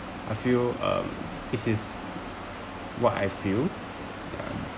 a few um this is what I feel